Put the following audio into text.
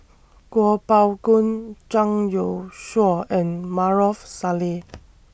Kuo Pao Kun Zhang Youshuo and Maarof Salleh